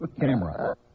camera